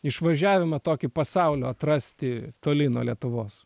išvažiavimą tokį pasaulio atrasti toli nuo lietuvos